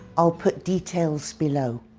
i'll put details below.